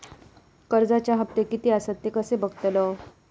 कर्जच्या हप्ते किती आसत ते कसे बगतलव?